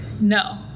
no